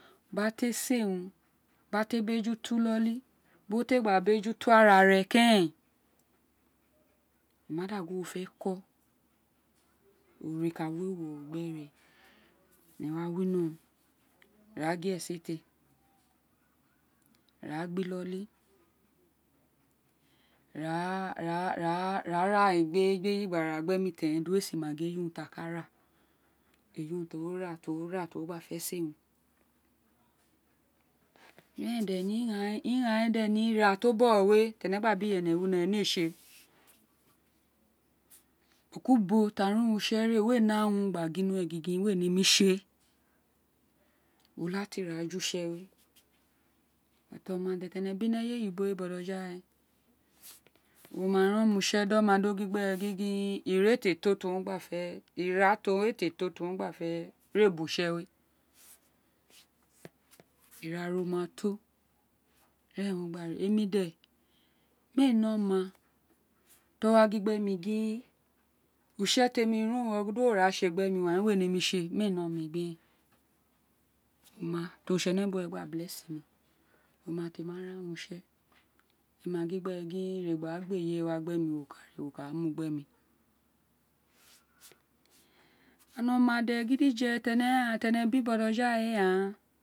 Bi a ti éè si éè urun bí a ti éè beju to iloli ubo te gba gbeju to ara kérèn wo ma da gun wo fé ko one ka wewe ro gbérè énè wa wino ra gi esete ra gba iloli ra ra ra ra ikarun eju eyi gbe mí teren dí uwo si ma gin eê yi urun tí a ka ra eju urun tí a ra tí o ra tí uwo gba fe se éè urun ní ira ren de ighaan ren de ni ira to bogho we tí énè éè bí iyénè winó énè éè tsi éè ubo ku ubo tí á run utse re wi éè ní arun gba gin nu we gba gin we nemí tsi éè wo lati ra ju utse we ọma tí ene bi tsi eye we oyibo bọja we wo ma ran ọma utse di ọ ma do gin gbérè gin gin ira a tí éè to tí wo gbe fé re ubo utse we ira ro ma to ira eren o wen won gba re emi dé mí éè ni oma tí o wa gin gbe mí gin utse te mí run uwo do ra tsi éè rén gbemí wank tsi éè gbemí mí éè ní oma eberen oma tí oritsénèbuwe oma temi wa ran wun utse emí ma gin gbe gin re gba gbi eyiwe o ka re gba mu wa gbemí o ma de gidije tí énè bí botoja we ghaan